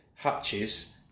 hutches